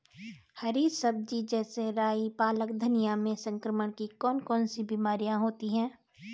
हरी सब्जी जैसे राई पालक धनिया में संक्रमण की कौन कौन सी बीमारियां होती हैं?